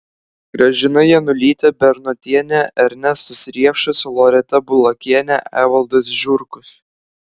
gražina janulytė bernotienė ernestas riepšas loreta bulakienė evaldas žurkus